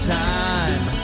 time